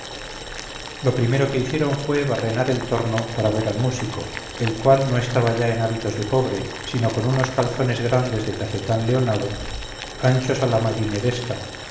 lo primero que hicieron fue barrenar el torno para ver al músico el cual no estaba ya en hábitos de pobre sino con unos calzones grandes de tafetán leonado anchos a la marineresca